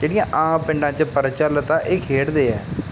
ਜਿਹੜੀਆਂ ਆਮ ਪਿੰਡਾਂ 'ਚ ਪ੍ਰਚਲਿਤ ਆ ਇਹ ਖੇਡਦੇ ਹੈ